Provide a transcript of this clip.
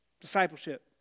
Discipleship